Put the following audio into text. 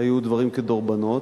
היו דברים כדרבונות,